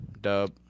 Dub